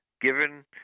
given